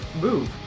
Move